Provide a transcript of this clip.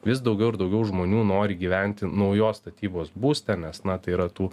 vis daugiau ir daugiau žmonių nori gyventi naujos statybos būste nes na tai yra tų